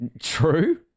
True